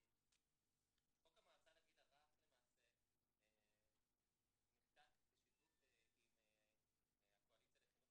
חוק המועצה לגיל הרך למעשה נחקק בשיתוף עם הקואליציה לחינוך